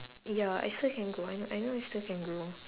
ya I still can grow I know I know I still can grow